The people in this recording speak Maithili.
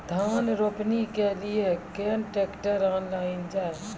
धान रोपनी के लिए केन ट्रैक्टर ऑनलाइन जाए?